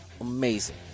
Amazing